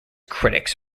critics